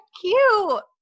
cute